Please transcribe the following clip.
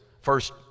first